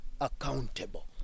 accountable